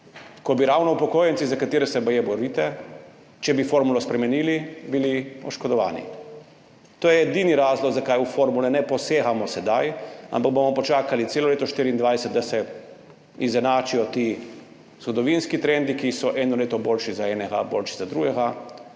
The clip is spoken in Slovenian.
ko bi ravno upokojenci, za katere se baje borite, če bi spremenili formulo, bili oškodovani. To je edini razlog, zakaj v formule ne posegamo sedaj, ampak bomo počakali celo leto 2024, da se izenačijo ti zgodovinski trendi, ki so eno leto boljši za enega, boljši za drugega.